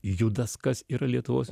judas kas yra lietuvos